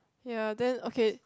ya then okay